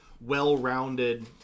well-rounded